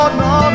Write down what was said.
no